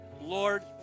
Lord